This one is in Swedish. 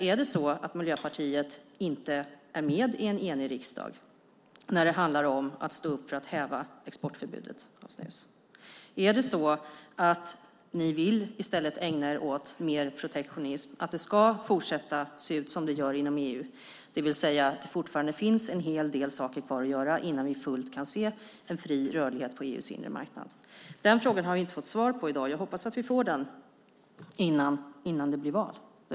Är det så att Miljöpartiet inte är med i en enig riksdag när det handlar om att stå upp för att häva exportförbudet mot snus? Är det så att ni i stället vill ägna er åt mer protektionism och att det ska fortsätta att se ut som det gör inom EU, det vill säga att det fortfarande finns en hel del saker kvar att göra innan vi fullt kan se en fri rörlighet på EU:s inre marknad? Den frågan har vi inte fått svar på i dag, och jag hoppas att vi får det innan det blir val.